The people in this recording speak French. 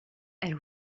elle